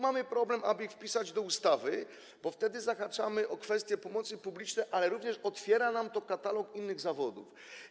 Mamy tu problem, aby wpisać ich do ustawy, bo wtedy zahaczamy o kwestię pomocy publicznej, ale również otwiera nam to katalog innych zawodów.